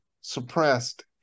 suppressed